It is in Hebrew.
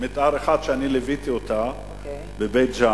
מיתאר אחת שליוויתי אותה בבית-ג'ן.